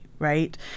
right